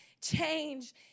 change